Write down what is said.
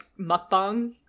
mukbang